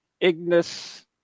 Ignis